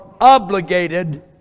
obligated